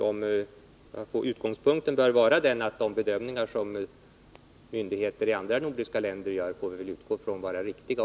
Vi får väl utgå ifrån att de bedömningar som myndigheter i andra nordiska länder gör är riktiga.